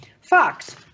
Fox